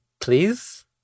Please